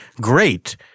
great –